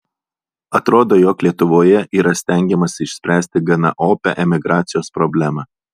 atrodo jog lietuvoje yra stengiamasi išspręsti gana opią emigracijos problemą